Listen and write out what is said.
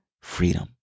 Freedom